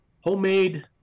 homemade